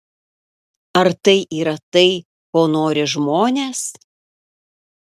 ar tai yra tai ko nori žmonės